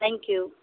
thank you